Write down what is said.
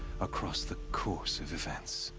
across the course of events.